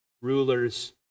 rulers